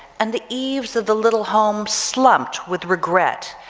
and the eaves of the little home slumped with regret,